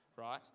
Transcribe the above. right